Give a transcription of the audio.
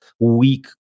weak